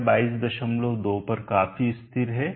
यह 222 पर काफी स्थिर है